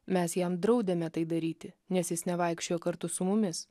mes jam draudėme tai daryti nes jis nevaikščiojo kartu su mumis